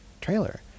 trailer